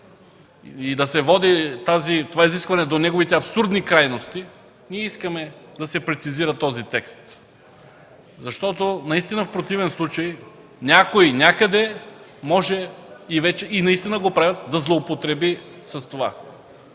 и да води това изискване до неговите абсурдни крайности, искаме да се прецизира този текст. В противен случай някой някъде може – и наистина го правят, да злоупотреби с това.